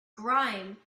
grime